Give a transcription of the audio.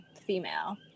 female